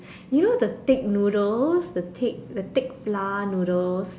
you know the thick noodles the thick the thick flour noodles